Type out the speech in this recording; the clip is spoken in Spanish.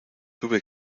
tuve